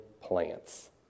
plants